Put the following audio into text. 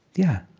yeah,